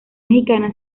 mexicana